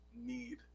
need